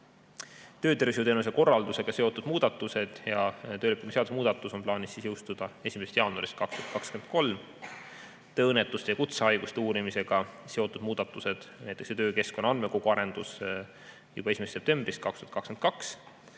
Töötervishoiuteenuse korraldusega seotud muudatused ja töölepingu seaduse muudatus on plaanis jõustada 1. jaanuarist 2023, tööõnnetuste ja kutsehaiguste uurimisega seotud muudatused, näiteks töökeskkonna andmekogu arendus, juba 1. septembrist 2022.